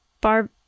Barb